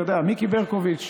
אתה יודע, מיקי ברקוביץ'